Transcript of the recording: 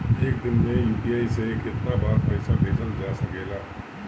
एक दिन में यू.पी.आई से केतना बार पइसा भेजल जा सकेला?